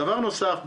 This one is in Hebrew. דבר נוסף,